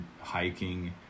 hiking